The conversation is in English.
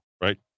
right